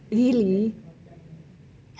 really